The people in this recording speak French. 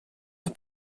son